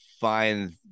find